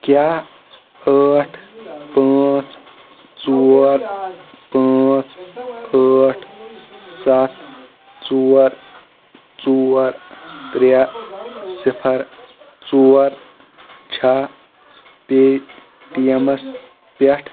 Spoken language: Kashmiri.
کیاہ ٲٹھ پانٛژھ ژور پانٛژھ ٲٹھ سَتھ ژور ژور ترٛےٚ صِفر ژور چھا پے ٹی ایمس پٮ۪ٹھ